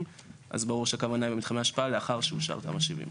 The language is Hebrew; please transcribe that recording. אז ברור שהכוונה היא למתחמי השפעה לאחר שאושר תמ"א 70 קודם.